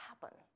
happen